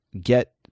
Get